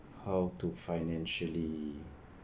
how to financially